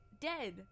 Dead